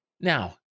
now